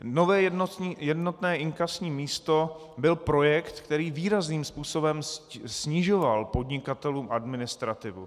Nové jednotné inkasní místo byl projekt, který výrazným způsobem snižoval podnikatelům administrativu.